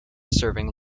serving